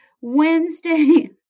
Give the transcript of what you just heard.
Wednesday